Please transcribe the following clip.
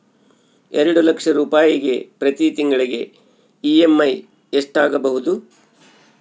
ಎರಡು ಲಕ್ಷ ರೂಪಾಯಿಗೆ ಪ್ರತಿ ತಿಂಗಳಿಗೆ ಇ.ಎಮ್.ಐ ಎಷ್ಟಾಗಬಹುದು?